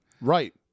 Right